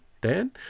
Dan